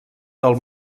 del